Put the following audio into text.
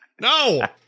No